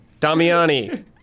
Damiani